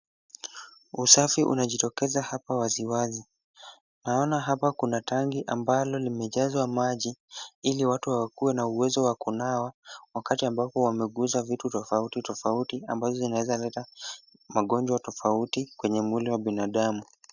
Usafi unajitokeza hapa wazi wazi. Naona hapa kuna tangi ambalo limejazwa maji ili watu wakuwe na uwezo wa kunawa wakati ambapo wameguza vitu tofauti tofauti ambazo zinaeza leta magonjwa tofauti kwenye mwili wa binadamu.